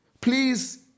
please